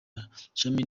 mashami